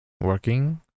working